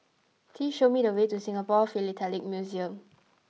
please show me the way to Singapore Philatelic Museum